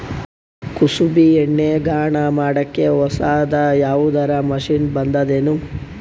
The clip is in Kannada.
ಕುಸುಬಿ ಎಣ್ಣೆ ಗಾಣಾ ಮಾಡಕ್ಕೆ ಹೊಸಾದ ಯಾವುದರ ಮಷಿನ್ ಬಂದದೆನು?